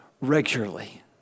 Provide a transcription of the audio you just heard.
regularly